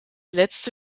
letzte